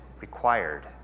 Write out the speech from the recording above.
required